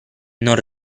non